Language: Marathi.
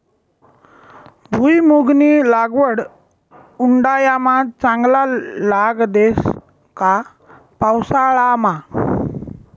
भुईमुंगनी लागवड उंडायामा चांगला लाग देस का पावसाळामा